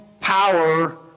power